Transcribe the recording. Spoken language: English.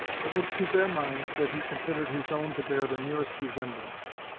it was to their minds that he considered his own to bear the nearest resemblance.